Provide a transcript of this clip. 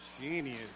Genius